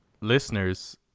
listeners